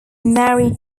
married